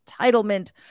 entitlement